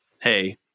hey